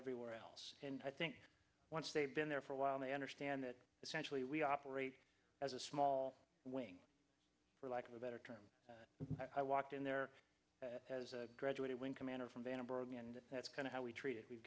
everywhere else and i think once they've been there for a while they understand that essentially we operate as a small wing for lack of a better term i walked in there as a graduate and commander from vandenberg and that's kind of how we treat it we've